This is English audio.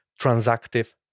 transactive